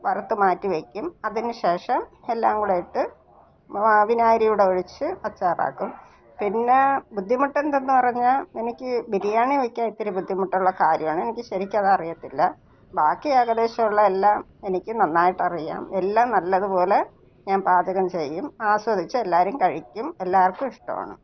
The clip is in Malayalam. വറുത്ത് മാറ്റി വെയ്ക്കും അതിന് ശേഷം എല്ലാങ്കൂടെ ഇട്ട് ആ വിനാഗിരി കൂടെ ഒഴിച്ച് അച്ചാറാക്കും പിന്നെ ബുദ്ധിമുട്ടെന്തെന്ന് പറഞ്ഞാൽ എനിക്ക് ബിരിയാണി വെയ്ക്കാൻ ഇത്തിരി ബുദ്ധിമുട്ടുള്ള കാര്യമാണ് എനിക്ക് ശരിക്കതറിയത്തില്ല ബാക്കി ഏകദേശം ഉള്ള എല്ലാം എനിക്ക് നന്നായിട്ടറിയാം എല്ലാം നല്ലതു പോലെ ഞാൻ പാചകം ചെയ്യും ആസ്വദിച്ച് എല്ലാവരും കഴിക്കും എല്ലാവർക്കും ഇഷ്ടമാണ്